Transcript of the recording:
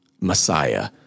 Messiah